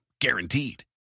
Guaranteed